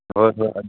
ꯍꯣꯏ ꯍꯣꯏ